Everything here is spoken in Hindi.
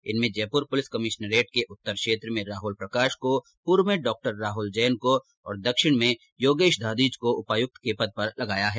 इनमें जयपुर पुलिस कमिश्नरेट के उत्तर क्षेत्र में राहुल प्रकाश को पूर्व में डॉक्टर राहुल जैन को और दक्षिण में योगेश दाधीच को उपायुक्त के पद पर लगाया गया है